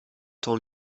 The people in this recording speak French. ton